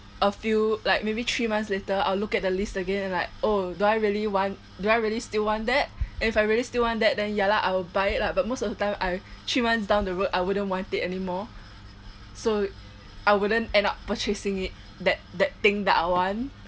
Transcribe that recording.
a few like maybe three months later I will look at the list again and I oh do I really want do I really still want that and if I really still want that then ya lah I will buy it lah but most of the time I three months down the road I wouldn't want it anymore so I wouldn't end up purchasing it that that thing that I want